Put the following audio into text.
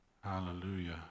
Hallelujah